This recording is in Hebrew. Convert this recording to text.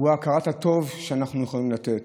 הוא הכרת הטוב שאנחנו יכולים לתת.